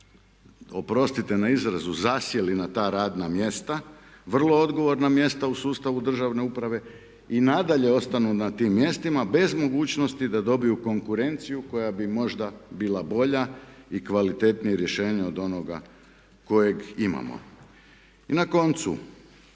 oprostite na izrazu zasjeli na ta radna mjesta, vrlo odgovorna mjesta u sustavu državne uprave i nadalje ostanu na tim mjestima bez mogućnosti da dobiju konkurenciju koja bi možda bila bolja i kvalitetnije rješenje od onoga kojeg imamo. I na koncu,